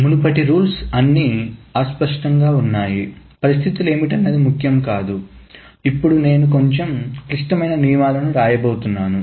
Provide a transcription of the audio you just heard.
మునుపటి రూల్స్ అన్నీ అస్పష్టంగా ఉన్నాయి పరిస్థితులు ఏమిటి అన్నది ముఖ్యం కాదుమరియు ఇప్పుడునేను కొంచెం క్లిష్టమైన నియమాలను వ్రాయబోతున్నాను